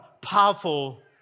powerful